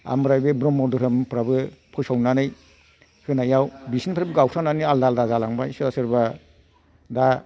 आमफ्राय बे ब्रह्म धोरोमफ्राबो फोसावनानै होनायाव बिसिनिफ्रायबो गावस्रानानै आलदा आलदा जालांबाय सोरबा सोरबा दा